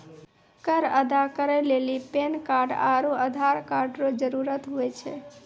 कर अदा करै लेली पैन कार्ड आरू आधार कार्ड रो जरूत हुवै छै